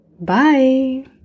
Bye